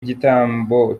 igitambo